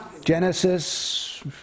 Genesis